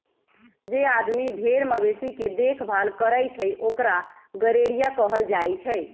जे आदमी भेर मवेशी के देखभाल करई छई ओकरा गरेड़िया कहल जाई छई